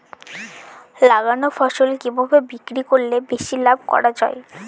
লাগানো ফসল কিভাবে বিক্রি করলে বেশি লাভ করা যায়?